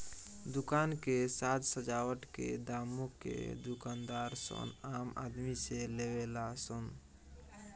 दुकान के साज सजावट के दामो के दूकानदार सन आम आदमी से लेवे ला सन